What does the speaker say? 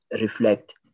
reflect